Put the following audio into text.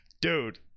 Dude